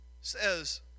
says